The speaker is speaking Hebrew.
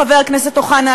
חבר הכנסת אוחנה,